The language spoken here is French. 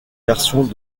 versions